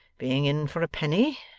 being in for a penny,